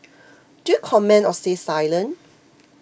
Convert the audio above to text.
do you comment or stay silent